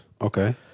Okay